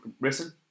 written